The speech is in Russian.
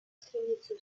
страницу